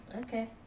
Okay